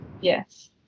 Yes